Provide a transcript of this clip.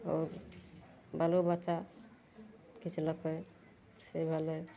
आओर बालो बच्चा खीचलकै से भेलय